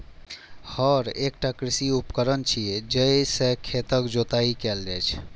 हर एकटा कृषि उपकरण छियै, जइ से खेतक जोताइ कैल जाइ छै